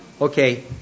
Okay